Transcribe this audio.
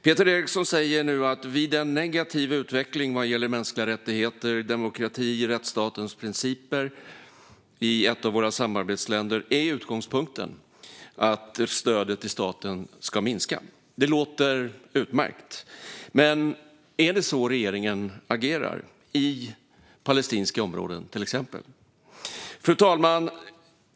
Peter Eriksson säger nu att vid en negativ utveckling vad gäller mänskliga rättigheter, demokrati och rättsstatens principer är utgångspunkten att stödet till staten ska minska. Det låter utmärkt, men är det så regeringen agerar till exempel i palestinska områden? Fru talman!